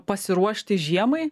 pasiruošti žiemai